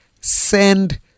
send